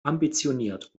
ambitioniert